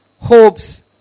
Hopes